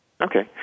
Okay